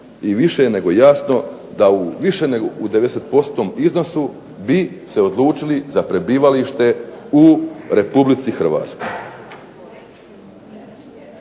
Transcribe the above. i više je nego jasno da više nego u 90%-tnom iznosu bi se odlučili za prebivalište u Republici Hrvatskoj.